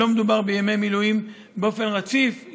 לא מדובר בימי מילואים באופן רציף,